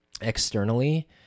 externally